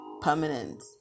permanent